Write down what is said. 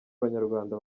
abanyarwanda